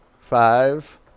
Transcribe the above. Five